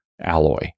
alloy